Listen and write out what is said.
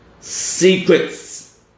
secrets